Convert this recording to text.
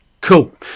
Cool